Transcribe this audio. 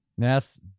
Yes